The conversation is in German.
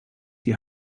die